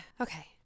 okay